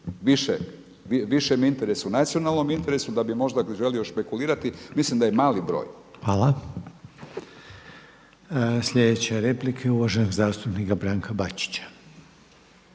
višem interesu, nacionalnom interesu da bi možda želio špekulirati, mislim da je mali broj. **Reiner, Željko (HDZ)** Hvala. Sljedeća replika je uvaženog zastupnika Branka Bačića.